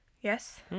Yes